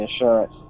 Insurance